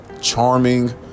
charming